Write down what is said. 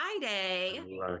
Friday